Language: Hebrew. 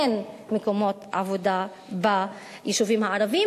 אין מקומות עבודה ביישובים הערביים,